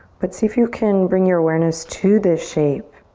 but see if you can bring your awareness to this shape.